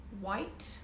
white